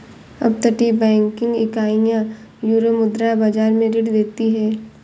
अपतटीय बैंकिंग इकाइयां यूरोमुद्रा बाजार में ऋण देती हैं